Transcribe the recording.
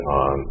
on